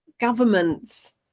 governments